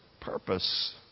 purpose